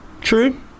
true